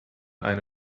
eine